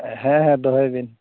ᱫᱚᱦᱚᱭ ᱵᱤᱱ